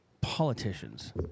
politicians